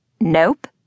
Nope